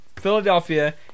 Philadelphia